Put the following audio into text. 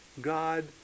God